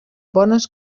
bones